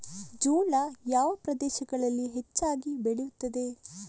ಜೋಳ ಯಾವ ಪ್ರದೇಶಗಳಲ್ಲಿ ಹೆಚ್ಚಾಗಿ ಬೆಳೆಯುತ್ತದೆ?